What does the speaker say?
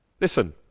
Listen